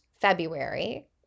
February